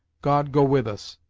god go with us!